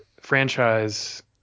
franchise